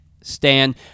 Stan